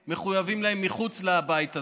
אולי מחויבים להן מחוץ לבית הזה,